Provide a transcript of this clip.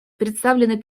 представленный